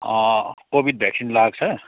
covid vaccine लगाएको छ